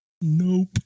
Nope